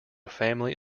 family